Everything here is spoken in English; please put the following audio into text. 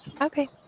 Okay